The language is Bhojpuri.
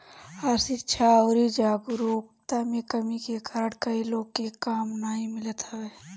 अशिक्षा अउरी जागरूकता में कमी के कारण कई लोग के काम नाइ मिलत हवे